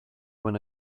when